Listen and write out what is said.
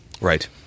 Right